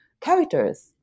characters